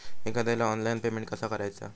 एखाद्याला online payment कसा करायचा?